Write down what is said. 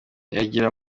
yagira